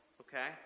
okay